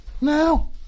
Now